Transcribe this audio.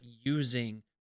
using